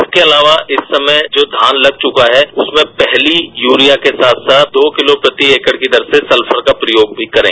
इसके अलावा इस समय जो धान तग चुका है उसमें पहली यूरिया के साथ साथ साथ दो किलो प्रति एकड़ की दर से सल्फर का प्रयोग अकश्य करें